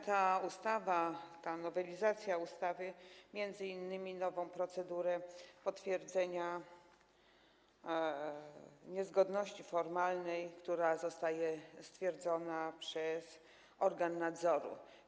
Ta nowelizacja ustawy wskazuje m.in. nową procedurę potwierdzenia niezgodności formalnej, która zostaje stwierdzona przez organ nadzoru.